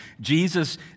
Jesus